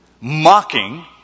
mocking